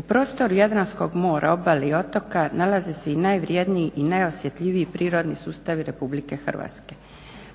U prostoru Jadranskog mora obale i otoka nalaze se i najvredniji i najosjetljiviji prirodni sustavi Republike Hrvatske.